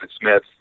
Smith